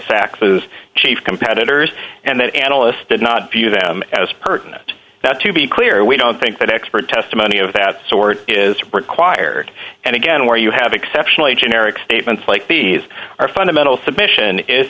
sachs's chief competitors and analysts did not view them as pertinent that to be clear we don't think that expert testimony of that sort is required and again where you have exceptionally generic statements like these are fundamental submission is